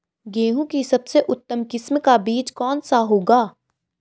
गेहूँ की सबसे उत्तम किस्म का बीज कौन सा होगा?